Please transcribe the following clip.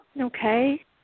Okay